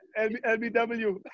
LBW